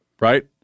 Right